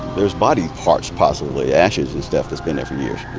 there's body parts possibly, ashes and stuff that's been there for years.